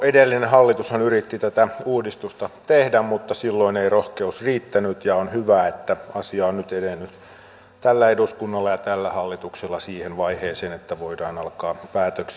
jo edellinen hallitushan yritti tätä uudistusta tehdä mutta silloin ei rohkeus riittänyt ja on hyvä että asia on nyt edennyt tällä eduskunnalla ja tällä hallituksella siihen vaiheeseen että voidaan alkaa päätöksiä tehdä